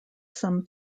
some